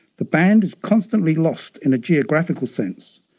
the band is constantly lost in a geographical sense,